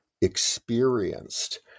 experienced